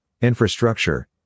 infrastructure